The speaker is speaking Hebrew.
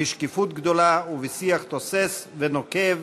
בשקיפות גדולה ובשיח תוסס ונוקב.